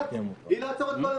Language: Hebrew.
האחת, לעצור את כל המשק,